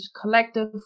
collective